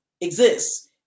exists